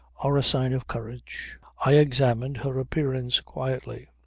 are a sign of courage. i examined her appearance quietly.